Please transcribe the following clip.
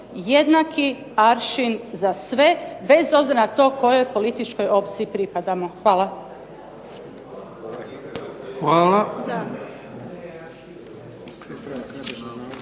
jednaki aršin za sve bez obzira na to kojoj političkoj opciji pripadamo. Hvala.